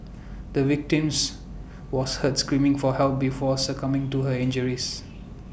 the victims was heard screaming for help before succumbing to her injuries